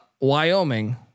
Wyoming